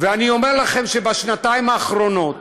אני אומר לכם שבשנתיים האחרונות